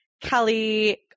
Kelly